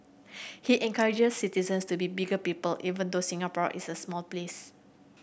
he encourages citizens to be bigger people even though Singapore is a small place